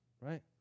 right